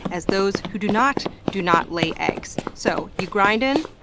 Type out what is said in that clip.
as those who do not, do not lay eggs. so you grindin',